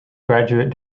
graduate